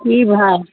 की भाव